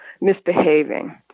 misbehaving